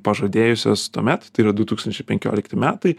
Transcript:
pažadėjusios tuomet tai yra du tūkstančiai penkiolikti metai